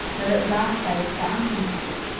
that at last i have found you here.